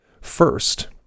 First